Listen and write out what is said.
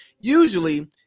Usually